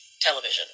television